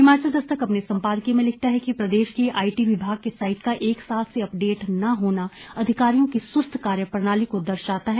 हिमाचल दस्तक अपने सम्पादकीय में लिखता है कि प्रदेश के आईटी विभाग के साईट का एक साल से अपडेट न होना अधिकारियों की सुस्त कार्यप्रणाली को दर्शाता है